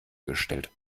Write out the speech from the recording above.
gestellt